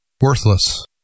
worthless